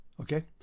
okay